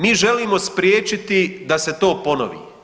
Mi želimo spriječiti da se to ponovi.